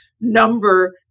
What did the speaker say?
number